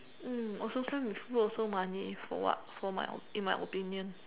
um also can't with flu also money for what for in my own opinion